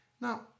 Now